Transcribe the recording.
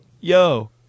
yo